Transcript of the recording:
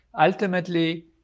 Ultimately